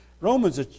Romans